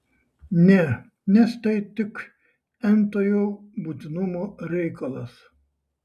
ne nes tai tik n tojo būtinumo reikalas